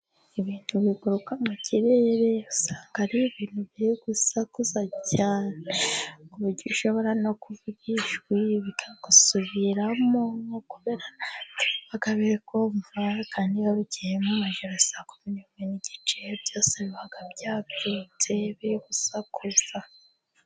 Ibintu biguruka mu kirere, usanga ari ibintu biri gusakuza cyane, ku buryo ushobora no kuvuga ijwi bikagusubiramo, nko kubera ko biba biri kumva, kandi iyo bukeye mu majoro saa kumi n'ebyiri n'igice, byose biba byabyutse biri gusakuza.